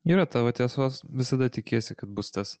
yra tavo tiesos visada tikiesi kad bus tas